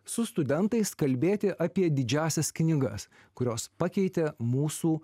su studentais kalbėti apie didžiąsias knygas kurios pakeitė mūsų